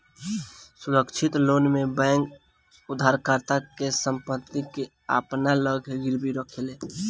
सुरक्षित लोन में बैंक उधारकर्ता के संपत्ति के अपना लगे गिरवी रखेले